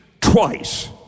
twice